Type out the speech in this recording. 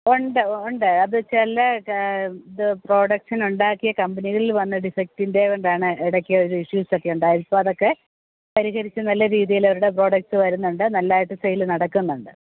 ഉണ്ട് ഉണ്ട് അതു ചില ഇത് പ്രോഡക്ട്സിന് ഉണ്ടാക്കിയ കമ്പനികളിൽ വന്ന ഡിഫക്റ്റിൻ്റെ കൊണ്ടാണ് ഇടയ്ക്ക് ഒരു ഇഷ്യൂസ് ഒക്കെ ഉണ്ടായത് ഇപ്പോൾ അതൊക്കെ പരിഹരിച്ച് നല്ല രീതിയിൽ അവരുടെ പ്രോഡക്ട്സ് വരുന്നുണ്ട് നല്ലതായിട്ട് സെയില് നടക്കുന്നുണ്ട്